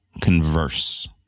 converse